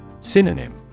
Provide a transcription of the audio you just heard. Synonym